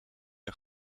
een